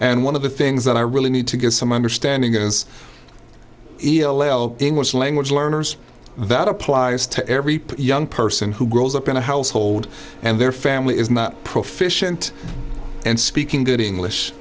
and one of the things that i really need to get some understanding is english language learners that applies to every young person who grows up in a household and their family is not proficient and speaking good english